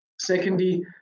Secondly